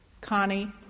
Connie